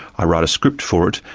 i write a script for it,